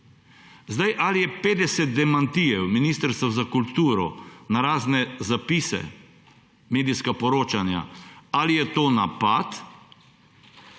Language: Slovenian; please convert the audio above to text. Ali je 50 demantijev Ministrstva za kulturo na razne zapise, medijska poročanja, ali je to napad